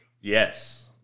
Yes